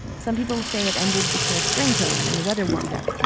some people say it ended because spring came and the weather warmed up.